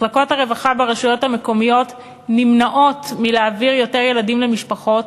מחלקות הרווחה ברשויות המקומיות נמנעות מלהעביר יותר ילדים למשפחות,